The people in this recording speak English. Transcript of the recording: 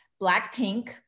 Blackpink